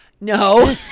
no